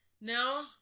No